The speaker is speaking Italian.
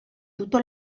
tutto